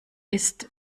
ist